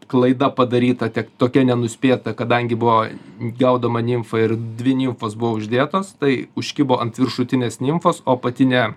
klaida padaryta tik tokia nenuspėta kadangi buvo gaudoma nimfa ir dvi nimfos buvo uždėtos tai užkibo ant viršutinės nimfos o apatinė